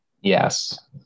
Yes